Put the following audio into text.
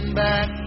back